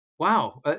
Wow